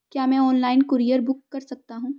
क्या मैं online courier book कर सकता हूँ?